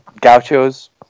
Gauchos